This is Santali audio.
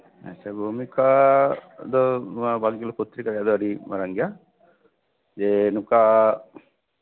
ᱦᱮᱸ ᱵᱷᱩᱢᱤᱠᱟ ᱱᱚᱣᱟ ᱵᱟᱠᱡᱩᱞᱩ ᱯᱚᱛᱨᱤᱠᱟ ᱫᱚ ᱟᱹᱰᱤ ᱢᱟᱨᱟᱝ ᱜᱮᱭᱟ ᱡᱮ ᱱᱚᱝᱠᱟ